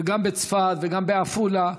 וגם בצפת וגם בעפולה.